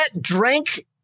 drank